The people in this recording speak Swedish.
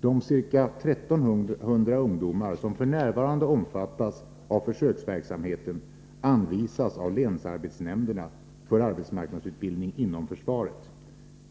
De ca 1300 ungdomar som f. n. omfattas av försöksverksamheten anvisas av länsarbetsnämnderna för arbetsmarknadsutbildning inom försvaret.